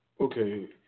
okay